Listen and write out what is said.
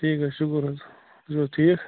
ٹھیٖک حظ شُکُر حظ تۄہہِ چھُو حظ ٹھیٖک